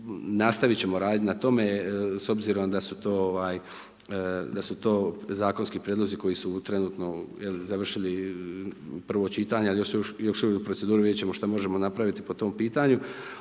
nastavit ćemo raditi na tome s obzirom da su to ovaj, da su to zakonski prijedlozi koji su trenutno završili prvo čitanje, ali još uvijek su u proceduri, vidjet ćemo što možemo napraviti po tom pitanju,